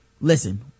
Listen